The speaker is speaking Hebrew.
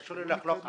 תרשו לי לחלוק עליו.